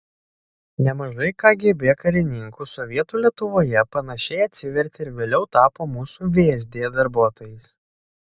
nemažai kgb karininkų sovietų lietuvoje panašiai atsivertė ir vėliau tapo mūsų vsd darbuotojais